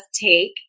take